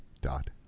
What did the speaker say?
dot